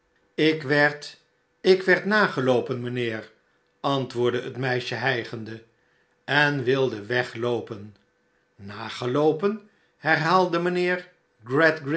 ik werd ik werd nageloopen mijnheer antwoordde het meisje hijgende en wilde wegloopen nageloopen herhaalde mijnheer